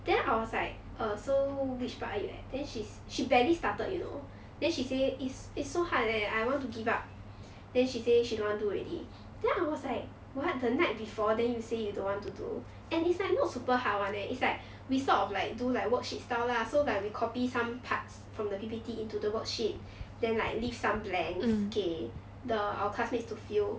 then I was like err so which part are you at then she she barely started you know then she say is is so hard eh I want to give up then she say she don't want do already then I was like what the night before then you say you don't want to do and it's like not super hard [one] leh it's like we sort of like do like worksheet style lah so like we copy some parts from the P_P_T into the worksheet then like leave some blanks 给 the our classmates to fill